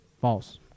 False